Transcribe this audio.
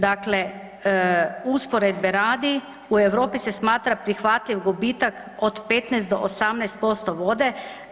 Dakle, usporedbe radi u Europi se smatra prihvatljiv gubitak od 15 do 18% vode.